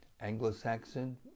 Anglo-Saxon